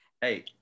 Hey